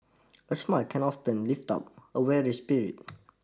a smile can often lift up a weary spirit